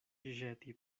ĵeti